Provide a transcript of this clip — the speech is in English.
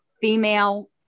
female